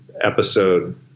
episode